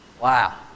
Wow